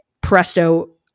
presto